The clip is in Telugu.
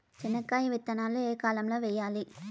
చెనక్కాయ విత్తనాలు ఏ కాలం లో వేయాలి?